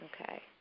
Okay